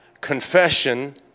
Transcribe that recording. Confession